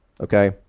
okay